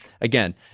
Again